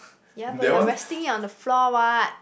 ya but you're resting it on the floor what